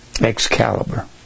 Excalibur